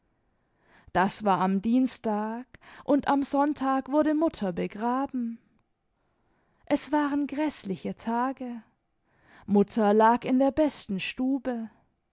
das war am dienstag und am sonntag wurde mutter begraben es waren gräßliche tage mutter lag in der besten stube